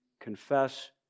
confess